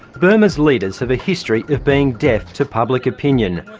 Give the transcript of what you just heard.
burma's leaders have a history of being deaf to public opinion,